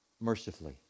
mercifully